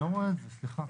אני לא רואה את זה, סליחה.